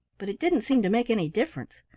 but it didn't seem to make any difference.